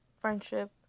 friendship